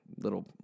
Little